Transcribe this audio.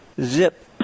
Zip